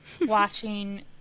watching